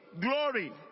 glory